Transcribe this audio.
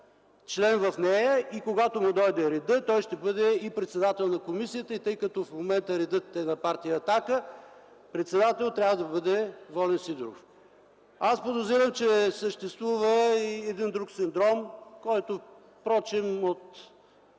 член в нея и когато му дойде реда той ще бъде и председател на комисията. Тъй като в момента редът е на партия „Атака”, председател трябва да бъде Волен Сидеров. Аз подозирам, че съществува и един друг синдром, който впрочем от